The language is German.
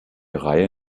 reihe